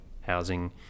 housing